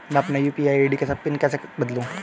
मैं अपनी UPI ID का पिन कैसे बदलूं?